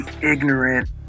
ignorant